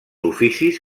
oficis